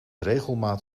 regelmaat